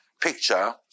picture